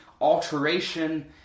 alteration